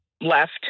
left